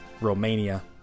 Romania